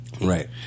Right